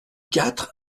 quatre